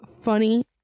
funny